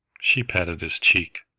she patted his cheek.